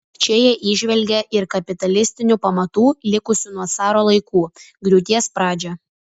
čia jie įžvelgė ir kapitalistinių pamatų likusių nuo caro laikų griūties pradžią